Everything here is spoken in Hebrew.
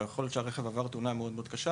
יכול להיות שהרכב עבר תאונה מאוד קשה.